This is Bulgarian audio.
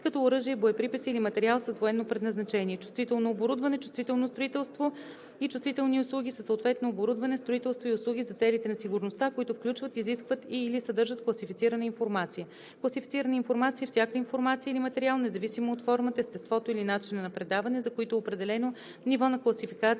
като оръжие, боеприпаси или материал с военно предназначение. „Чувствително оборудване“, „чувствително строителство“ и „чувствителни услуги“ са съответно оборудване, строителство и услуги за целите на сигурността, които включват, изискват и/или съдържат класифицирана информация. „Класифицирана информация“ е всяка информация или материал, независимо от формата, естеството или начина на предаване, за които е определено ниво на класификация